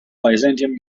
byzantium